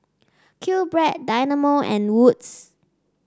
QBread Dynamo and Wood's